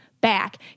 back